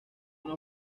una